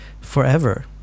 forever